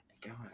god